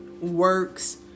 works